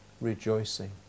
rejoicing